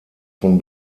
von